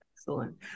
Excellent